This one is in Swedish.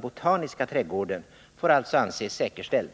botaniska trädgården får alltså anses säkerställd.